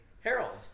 Harold